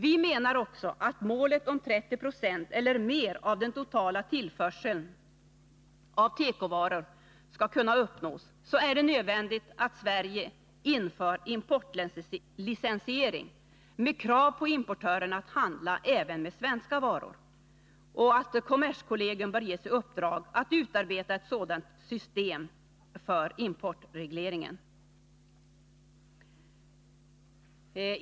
Vi menar också att om målet att svensk industri skall svara för 30 96 eller mer av den totala tillförseln av tekovaror skall kunna uppnås, är det nödvändigt att Sverige inför importlicensiering med krav på importörerna att handla även med svenska varor. Kommerskollegium bör ges i uppdrag att utarbeta ett sådant system för importregleringen.